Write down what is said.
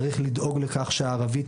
צריך לדאוג לכך שהערבית,